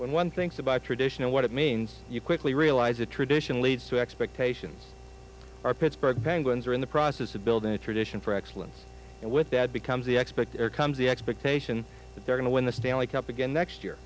one thinks about tradition and what it means you quickly realize a tradition leads to expectations are pittsburgh penguins are in the process of building a tradition for excellence and with that becomes the expect the expectation that they're going to win the stanley cup again next year